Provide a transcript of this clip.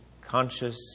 conscious